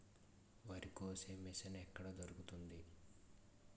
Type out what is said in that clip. వరి కోసే మిషన్ ఎక్కడ దొరుకుతుంది?